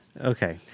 Okay